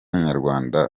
nyarwanda